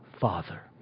Father